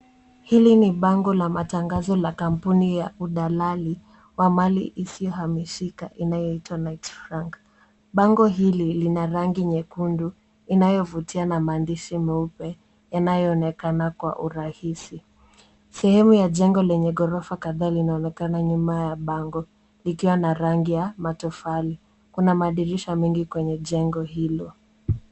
Hili ni bango la matangazo ya kampuni ya udalali wa mali isiyohamishika inayoitwa Knight Frank. Bango hili lina rangi nyekundu inalovutiana maandishi meupe yanayoonekana kwa urahisi. Sehemu ya jengo lenye gorofa kadhaa linaonekana nyuma ya bango likiwa na rangi ya matofali. Kuna madirisha mengi kwenye jengo hilo.